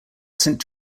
saint